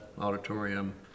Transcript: auditorium